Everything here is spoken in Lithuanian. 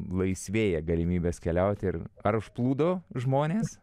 laisvėja galimybės keliauti ir ar užplūdo žmonės